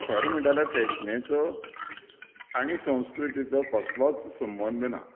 खरें म्हणलें जाल्यार फेशनेचो आनी संस्कृतीचो कसलोच संबंद ना